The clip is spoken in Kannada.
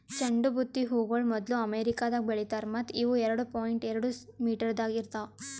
ಚಂಡು ಬುತ್ತಿ ಹೂಗೊಳ್ ಮೊದ್ಲು ಅಮೆರಿಕದಾಗ್ ಬೆಳಿತಾರ್ ಮತ್ತ ಇವು ಎರಡು ಪಾಯಿಂಟ್ ಎರಡು ಮೀಟರದಾಗ್ ಇರ್ತಾವ್